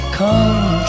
come